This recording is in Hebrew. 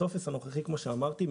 כמו שאמרתי,